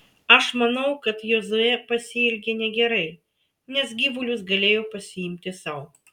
aš manau kad jozuė pasielgė negerai nes gyvulius galėjo pasiimti sau